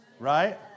Right